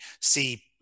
see